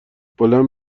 بلند